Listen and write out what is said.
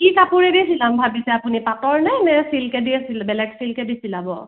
কি কাপোৰেদি চিলাম ভাবিছে আপুনি পাটৰনে নে চিল্কেদিয়ে চিলা বেলেগ চিল্কেদি চিলাব